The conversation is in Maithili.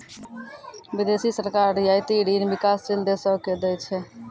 बिदेसी सरकार रियायती ऋण बिकासशील देसो के दै छै